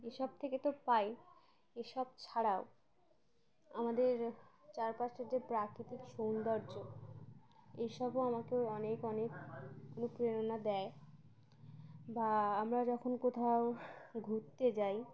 এসব থেকে তো পাই এসব ছাড়াও আমাদের চারপাশের যে প্রাকৃতিক সৌন্দর্য এসবও আমাকেও অনেক অনেক অুপ্রেরণা দেয় বা আমরা যখন কোথাও ঘুরতে যাই